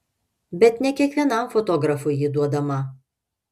bet ne kiekvienam fotografui ji duodama